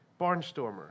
Barnstormer